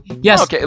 Yes